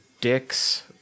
Dick's